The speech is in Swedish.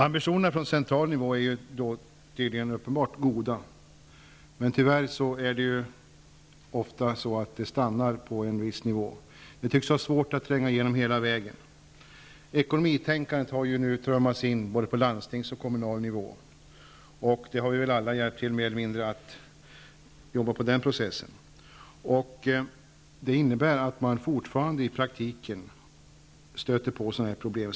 Ambitionerna från central nivå är uppenbarligen goda. Tyvärr stannar det ofta på en viss nivå. Det tycks vara svårt att tränga igenom hela vägen. Ekonomitänkandet har nu trummats in både på landstingsnivå och kommunal nivå. Vi har alla mer eller mindre hjälpt till i den processen. Det innebär att man fortfarande i praktiken stöter på sådana här problem.